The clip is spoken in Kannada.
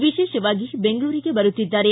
ವಿಶೇಷವಾಗಿ ಬೆಂಗಳೂರಿಗೆ ಬರುತ್ತಿದ್ದಾರೆ